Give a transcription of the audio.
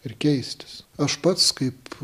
ir keistis aš pats kaip